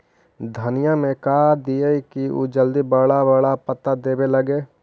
धनिया में का दियै कि उ जल्दी बड़ा बड़ा पता देवे लगै?